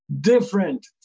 different